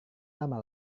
lama